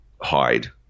hide